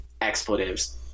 expletives